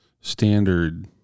standard